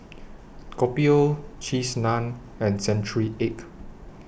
Kopi O Cheese Naan and Century Egg